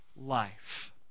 life